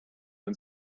and